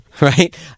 right